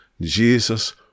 Jesus